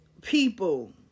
people